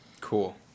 Cool